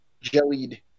jellied